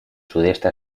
sudeste